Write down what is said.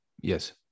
Yes